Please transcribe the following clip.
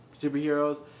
superheroes